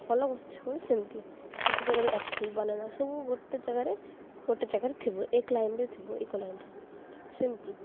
ଭଲ ଗଛ ସେମିତି ଗୋଟେ ଜାଗାରେ ଆପଲ୍ ବାନାନା ସବୁ ଗୋଟେ ଜାଗାରେ ଗୋଟେ ଜାଗାରେ ଥିବ ଏକ ଲାଇନ୍ର ଥିବ ଏକ ଲାଇନ୍ରେ ସେମିତି